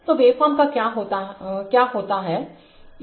तोवेवफार्म का क्या होता हूं